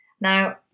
Now